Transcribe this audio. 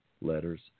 letters